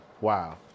Wow